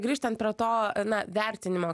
grįžtant prie to na vertinimo